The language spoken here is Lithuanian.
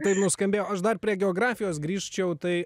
taip nuskambėjo aš dar prie geografijos grįžčiau tai